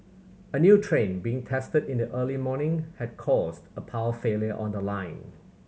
a new train being tested in the early morning had caused a power failure on the line